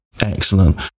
excellent